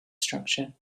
structure